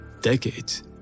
Decades